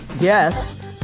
yes